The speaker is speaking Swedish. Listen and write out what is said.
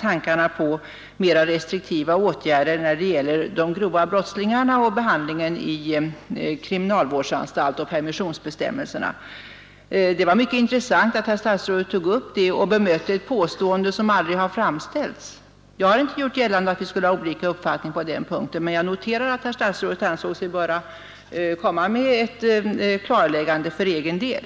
tankarna på mera restriktiva regler när det gäller de grova brottslingarna och behandlingen i kriminalvårdsanstalt och permissionsbestämmelserna. Det var mycket intressant att herr statsrådet tog upp detta och bemötte ett påstående som aldrig har gjorts. Jag har inte gjort gällande att vi skulle ha olika uppfattningar på den punkten, men jag noterar att herr statstådet ansåg sig böra komma med ett klarläggande för egen del.